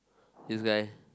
this guy